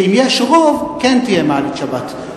שאם יש רוב כן תהיה מעלית שבת,